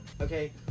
Okay